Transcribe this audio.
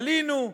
עלינו,